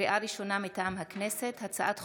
לקריאה ראשונה, מטעם הכנסת: הצעת חוק-יסוד: